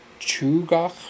Chugach